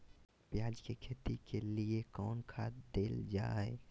प्याज के खेती के लिए कौन खाद देल जा हाय?